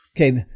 Okay